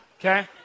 Okay